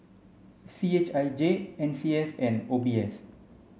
C H I J N C S and O B S